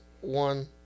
One